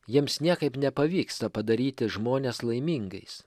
jiems niekaip nepavyksta padaryti žmones laimingais